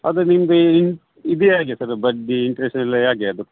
ಅದು ನಿಮಗೆ ಇದು ಹೇಗೆ ಸರ್ ಬಡ್ಡಿ ಇಂಟ್ರೆಸ್ಟ್ ಎಲ್ಲ ಹೇಗೆ ಅದು